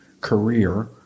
career